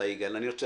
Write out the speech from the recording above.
אני רוצה